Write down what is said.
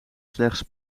slechts